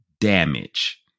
damage